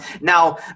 Now